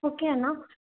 okay Anna